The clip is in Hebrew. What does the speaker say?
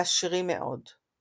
לעשירים מאד.